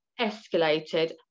escalated